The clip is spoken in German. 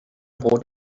brot